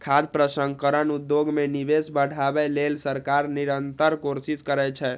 खाद्य प्रसंस्करण उद्योग मे निवेश बढ़ाबै लेल सरकार निरंतर कोशिश करै छै